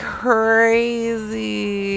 crazy